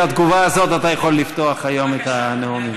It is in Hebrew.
על התגובה הזאת אתה יכול לפתוח היום את הנאומים.